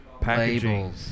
packaging